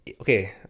okay